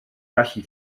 gallu